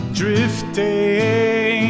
drifting